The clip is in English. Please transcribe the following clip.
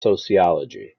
sociology